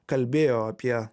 kalbėjo apie